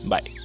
Bye